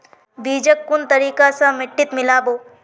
बीजक कुन तरिका स मिट्टीत मिला बो